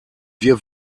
wir